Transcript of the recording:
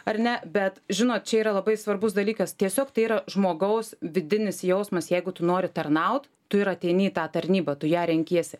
ar ne bet žinot čia yra labai svarbus dalykas tiesiog tai yra žmogaus vidinis jausmas jeigu tu nori tarnaut tu ir ateini į tą tarnybą tu ją renkiesi